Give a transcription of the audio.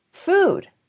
Food